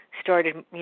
started